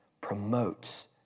promotes